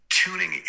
Tuning